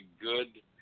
good